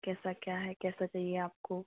कैसा क्या है कैसा चाहिए आपको